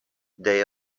they